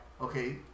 Okay